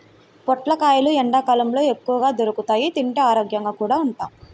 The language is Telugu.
పొట్లకాయలు ఎండ్లకాలంలో ఎక్కువగా దొరుకుతియ్, తింటే ఆరోగ్యంగా కూడా ఉంటాం